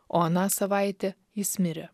o aną savaitę jis mirė